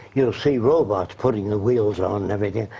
you'll see robots putting the wheels on everything.